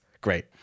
great